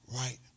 right